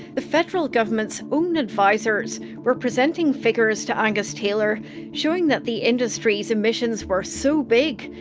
the federal government's own advisers were presenting figures to angus taylor showing that the industry's emissions were so big,